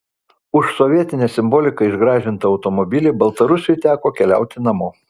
už sovietine simbolika išgražintą automobilį baltarusiui teko keliauti namo